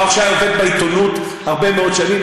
ברוך שי עובד בעיתונות הרבה מאוד שנים.